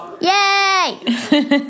Yay